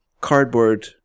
cardboard